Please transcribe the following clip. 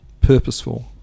purposeful